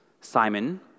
Simon